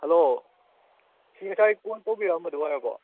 hello ꯁꯤ ꯉꯁꯥꯏ call ꯇꯧꯕꯤꯔꯛꯑꯝꯕꯗꯣ ꯑꯣꯏꯔꯕꯣ